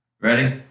Ready